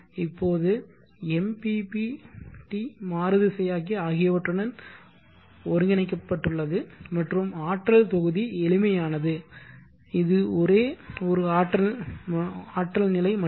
இப்போது MPPT மாறுதிசையாக்கி ஆகியவற்றுடன் ஒருங்கிணைக்கப்பட்டுள்ளது மற்றும் ஆற்றல் தொகுதி எளிமையானது இது ஒரே ஒரு ஆற்றல் நிலை மட்டுமே